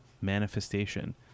manifestation